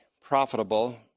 profitable